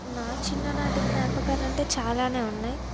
నా చిన్ననాటి జ్ఞాపకాలు అంటే చాలా ఉన్నాయి